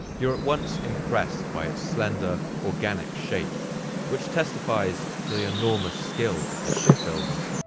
you're at once impressed by its slender, organic shape which testifies to the enormous skill of the shipbuilders.